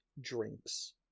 drinks